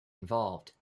involved